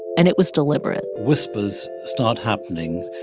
and it was deliberate whispers start happening,